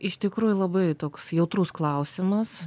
iš tikrųjų labai toks jautrus klausimas